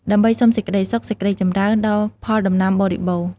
ដើម្បី សុំសេចក្តីសុខ សេចក្តីចម្រើន ដល់ផលដំណាំបរិបូរណ៍។